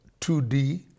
2D